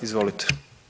Izvolite.